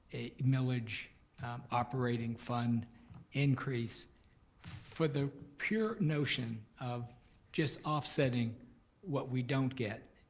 a millage operating fund increase for the pure notion of just offsetting what we don't get,